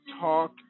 talk